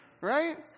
Right